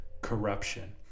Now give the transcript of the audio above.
corruption